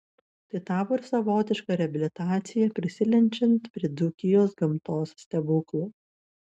tai tapo ir savotiška reabilitacija prisiliečiant prie dzūkijos gamtos stebuklų